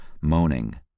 moaning